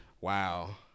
wow